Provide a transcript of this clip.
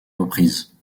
reprises